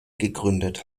gegründet